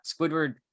Squidward